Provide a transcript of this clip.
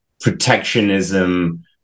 protectionism